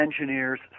engineers